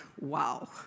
wow